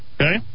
okay